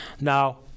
now